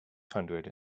hundred